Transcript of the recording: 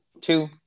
two